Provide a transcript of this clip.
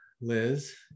Liz